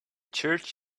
church